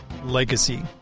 Legacy